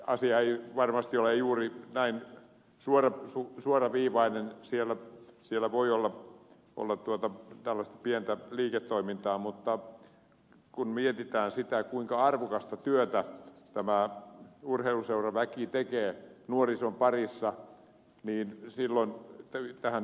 asia ei varmasti ole juuri näin suoraviivainen siellä voi olla tällaista pientä liiketoimintaa mutta kun mietitään sitä kuinka arvokasta työtä tämä urheiluseuraväki tekee nuorison parissa niin silloin tähän ed